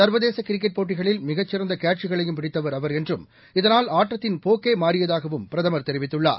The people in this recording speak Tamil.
சர்வதேசகிரிக்கெட் போட்டிகளில் மிகச் சிறந்தகேட்ச் களையும் பிடித்தவர் அவர் என்றும் இதனால் ஆட்டத்தின் போக்கேமாறியதாகவும் பிரதமர் தெரிவித்துள்ளார்